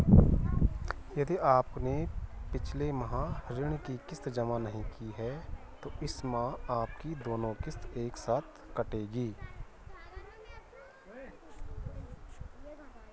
मेरे खाते में पिछले माह बचत न होने के कारण ऋण की किश्त नहीं कटी है क्या दोनों महीने की किश्त एक साथ कटेगी?